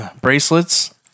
bracelets